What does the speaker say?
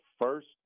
first